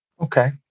Okay